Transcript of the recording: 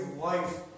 life